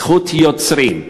זכות יוצרים.